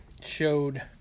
showed